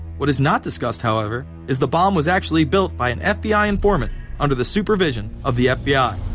what is not discussed, however, is the bomb was actually built. by an fbi informant under the supervision of the fbi.